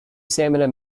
seemed